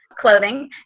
Clothing